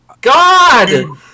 God